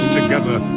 together